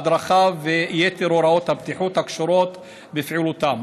ההדרכה ויתר הוראות הבטיחות הקשורות בפעילותם